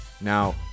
Now-